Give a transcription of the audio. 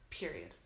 Period